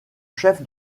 chef